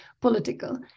political